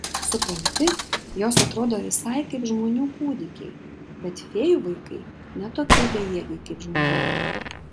supranti jos atrodo visai kaip žmonių kūdikiai bet fėjų vaikai ne tokie bejėgiai kaip žmonių